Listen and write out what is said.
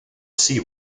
sea